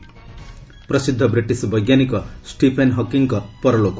ପ୍ରସିଦ୍ଧ ବ୍ରିଟିଶ ବୈଜ୍ଞାନିକ ଷ୍ଟିଫେନ୍ ହକିଙ୍ଗ୍ଙ୍କ ପରଲୋକ